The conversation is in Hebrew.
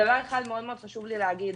חשוב לי להגיד,